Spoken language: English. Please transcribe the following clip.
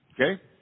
Okay